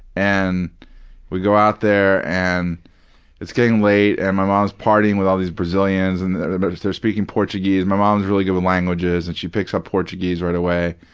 and we go out there, and it's getting late, and my mom's partying with all these brazilians and they're speaking portuguese. my mom's really good with languages and she picks up portuguese right away.